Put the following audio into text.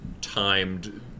timed